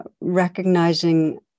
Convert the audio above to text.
recognizing